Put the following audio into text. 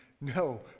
No